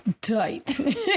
tight